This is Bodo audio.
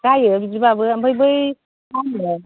जायो बिदिबाबो ओमफ्राय बै मा होनो